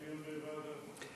זה דיון לוועדת חוץ וביטחון.